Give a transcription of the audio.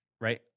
right